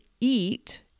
eat